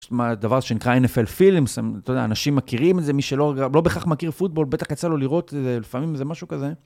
יש דבר שנקרא NFL Films, אתה יודע, אנשים מכירים את זה, מי שלא בכך מכיר פוטבול בטח יצא לו לראות איזה, לפעמים זה משהו כזה.